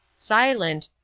silent,